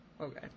okay